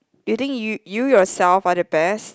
you think you yourself are the best